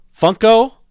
Funko